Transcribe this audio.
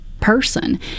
person